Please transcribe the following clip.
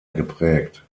geprägt